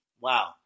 Wow